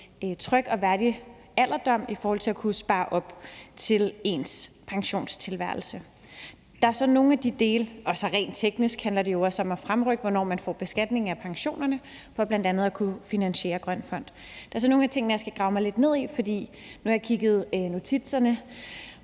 tryg og værdig alderdom ved at kunne spare op til ens pensionstilværelse. Og rent teknisk handler det jo også om at fremrykke, hvornår man får beskatning af pensionerne, for bl.a. at kunne finansiere den grønne fond. Der er så nogle af tingene, jeg skal grave mig lidt ned i, for nu har jeg kigget høringsnotatet